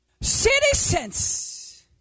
Citizens